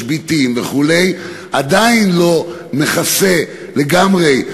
משביתים וכו' זה עדיין לא מכסה לגמרי,